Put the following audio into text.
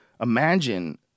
imagine